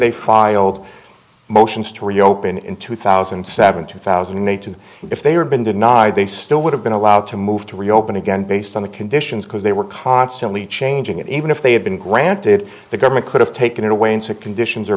they filed motions to reopen in two thousand and seven two thousand and eight and if they were been denied they still would have been allowed to move to reopen again based on the conditions because they were constantly changing even if they had been granted the government could have taken it away in sick conditions